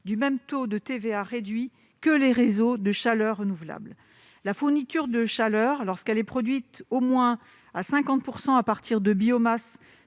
du même taux de TVA réduit que les réseaux de chaleur renouvelable. La fourniture de chaleur, lorsqu'elle est produite au moins à 50 % à partir de solaire